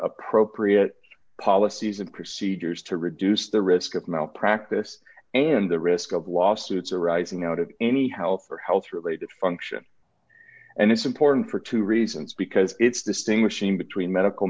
appropriate policies and procedures to reduce the risk of malpractise and the risk of lawsuits arising out of any health or health related function and it's important for two reasons because it's distinguishing between medical